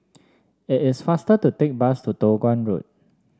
it is faster to take the bus to Toh Guan Road